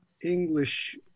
English